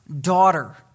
daughter